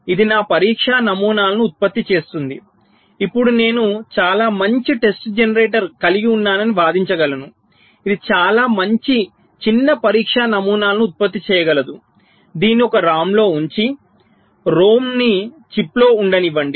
ఇది నా పరీక్షా నమూనాలను ఉత్పత్తి చేస్తుంది ఇప్పుడు నేను చాలా మంచి టెస్ట్ జనరేటర్ కలిగి ఉన్నానని వాదించగలను ఇది చాలా మంచి చిన్న పరీక్షా నమూనాలను ఉత్పత్తి చేయగలదు దీనిని ఒక ROM లో ఉంచి ROM ని చిప్ లో ఉండనివ్వండి